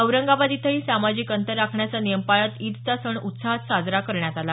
औरंगाबाद इथंही सामाजिक अंतर राखण्याचा नियम पाळत इदचा सण उत्साहात साजरा करण्यात आला